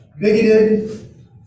bigoted